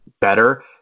better